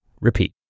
repeat